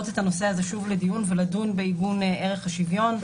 לדון בעיגון ערך השוויון.